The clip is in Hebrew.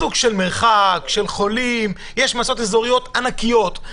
סוג של מרחק, חולים, יש מועצות אזוריות ענקיות.